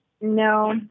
No